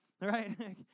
Right